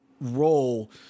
role